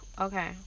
Okay